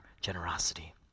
generosity